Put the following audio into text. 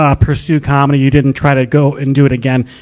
um pursue comedy. you didn't try to go and do it again.